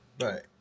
Right